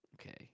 okay